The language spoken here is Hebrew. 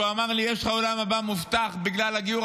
כשהוא אמר לי: יש לך עולם הבא מובטח בגלל הגיור,